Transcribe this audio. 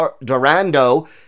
Durando